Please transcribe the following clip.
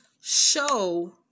show